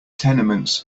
tenements